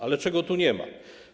Ale czego tu nie ma?